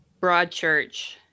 Broadchurch